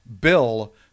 Bill